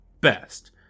best